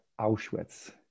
Auschwitz